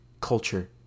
culture